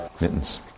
mittens